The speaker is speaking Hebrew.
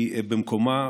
היא במקומה,